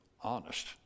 honest